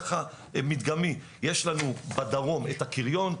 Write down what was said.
יש לנו בדרום את הקריון,